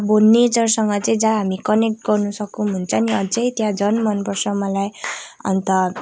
अब नेचरसँग चाहिँ जहाँ हामी कनेक्ट गर्न सकौँ हुन्छ नि अझैँ त्यहाँ झन मन पर्छ मलाई अन्त